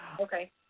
Okay